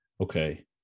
okay